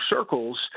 circles